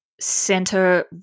Center